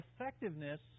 effectiveness